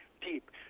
deep